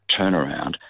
turnaround